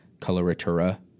coloratura